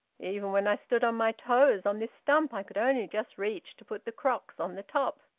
even when i stood on my toes on this stump i could only just reach to put the crocks on the top.